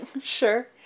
Sure